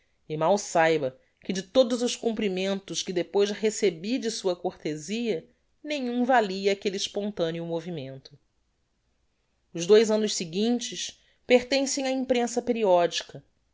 e mal saiba que de todos os cumprimentos que depois recebi de sua cortezia nenhum valia aquelle expontaneo movimento os dois annos seguintes pertencem á imprensa periodica